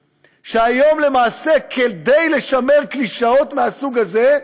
שהיום, למעשה, כדי לשמר קלישאות מהסוג הזה,